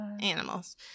animals